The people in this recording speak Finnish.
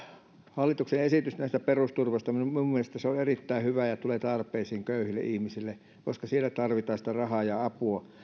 hallituksen esitys tästä perusturvasta minun mielestäni se on erittäin hyvä ja tulee tarpeeseen köyhille ihmisille koska siellä tarvitaan sitä rahaa ja apua